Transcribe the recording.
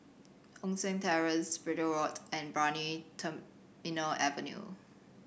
Hong San Terrace Bideford Road and Brani Terminal Avenue